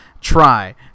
try